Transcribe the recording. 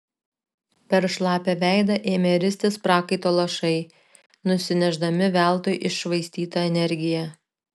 per šlapią veidą ėmė ristis prakaito lašai nusinešdami veltui iššvaistytą energiją